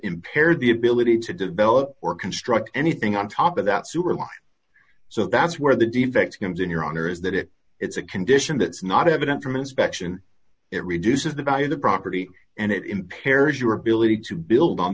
impaired the ability to develop or construct anything on top of that sewer line so that's where the defect comes in your honor is that it it's a condition that's not evident from inspection it reduces the by the property and it impairs your ability d to build on